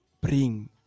bring